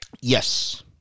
Yes